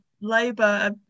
Labour